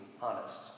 honest